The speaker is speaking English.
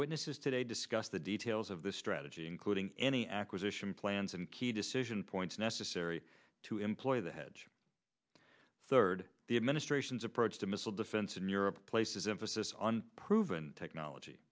witnesses today discuss the details of the strategy including any acquisition plans and key decision points necessary to employ the hedge third the administration's approach to missile defense in europe places emphasis on proven technology